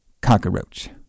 cockroach